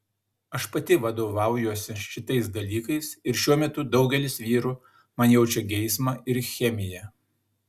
aš pati vadovaujuosi šitais dalykais ir šiuo metu daugelis vyrų man jaučia geismą ir chemiją